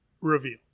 reveal